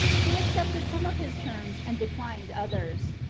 who accepted some of his terms, and declined others.